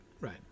Right